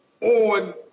on